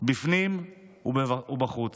בפנים ובחוץ.